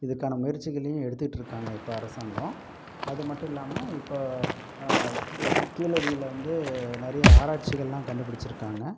இதுக்கான முயற்சிகளையும் எடுத்துக்கிட்ருக்காங்க இப்போ அரசாங்கம் அது மட்டும் இல்லாமல் இப்போ கீ கீழடியில வந்து நிறையா ஆராய்ச்சிகளெலாம் கண்டுபிடிச்சிருக்காங்க